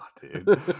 dude